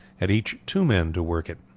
had each two men to work it.